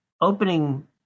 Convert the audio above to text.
opening